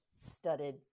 studded